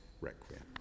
Requiem